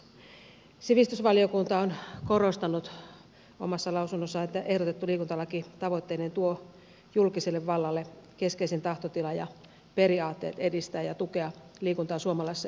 sivistysvaliokunta on korostanut omassa lausunnossaan että ehdotettu liikuntalaki tavoitteineen tuo julkiselle vallalle keskeisen tahtotilan ja periaatteet edistää ja tukea liikuntaa suomalaisessa yhteiskunnassa